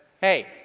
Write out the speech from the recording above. hey